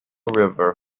river